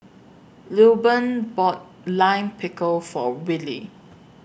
Lilburn bought Lime Pickle For Willy